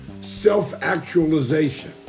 self-actualization